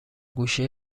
گوشه